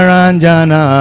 Ranjana